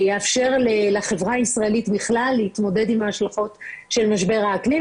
שיאפשר לחברה הישראלית בכלל להתמודד עם ההשלכות של משבר האקלים,